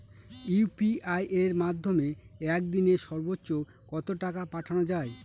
UPI এর মাধ্যমে এক দিনে সর্বচ্চ কত টাকা পাঠানো যায়?